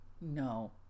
No